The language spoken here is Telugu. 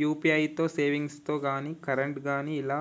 యూ.పీ.ఐ తో సేవింగ్స్ గాని కరెంట్ గాని ఇలా